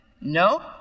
No